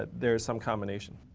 ah there's some combination.